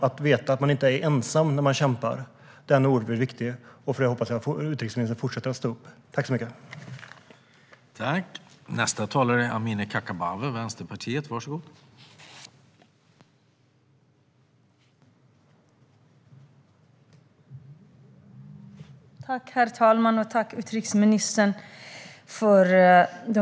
Att veta att man inte är ensam när man kämpar är oerhört viktigt, och jag hoppas att utrikesministern fortsätter att stå upp för detta.